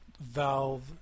Valve